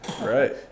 right